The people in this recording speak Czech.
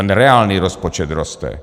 Ten reálný rozpočet roste.